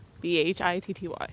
B-H-I-T-T-Y